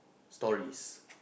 story is